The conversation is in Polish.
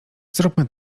zróbmy